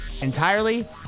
entirely